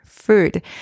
food